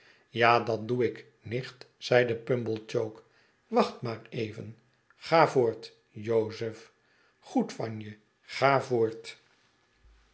ja dat doe ik nicht zeide pumblechook wacht maar even ga voort jozef goedjvan je ga voort